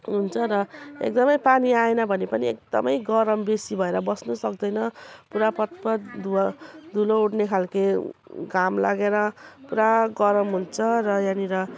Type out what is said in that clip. हुन्छ र एकदमै पानी आएन भने पनि एकदमै गरम बेसी भएर बस्नु सक्दैन पुरा पट पट धुँवा धुलो उड्ने खाले घाम लागेर पुरा गरम हुन्छ र यहाँनेर